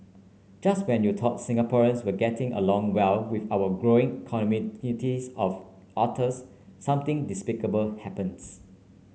just when you thought Singaporeans were all getting along well with our growing communities of otters something despicable happens